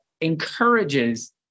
encourages